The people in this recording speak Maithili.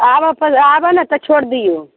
आब नहि आब नहि तऽ छोड़ि दियौ